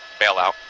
Bailout